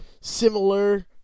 similar